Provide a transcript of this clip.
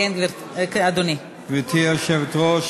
גברתי היושבת-ראש,